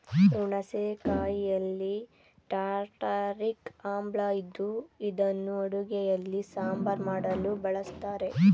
ಹುಣಸೆ ಕಾಯಿಯಲ್ಲಿ ಟಾರ್ಟಾರಿಕ್ ಆಮ್ಲ ಇದ್ದು ಇದನ್ನು ಅಡುಗೆಯಲ್ಲಿ ಸಾಂಬಾರ್ ಮಾಡಲು ಬಳಸ್ತರೆ